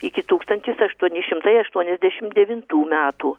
iki tūkstantis aštuoni šimtai aštuoniasdešimt devintų metų